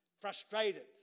frustrated